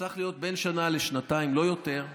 שצריך להיות בין שנה לשנתיים, לא יותר,